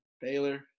Baylor